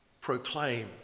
proclaim